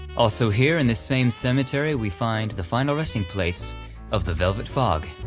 also here in the same cemetery we find the final resting place of the velvet fog,